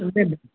ସବୁ ଦେବେ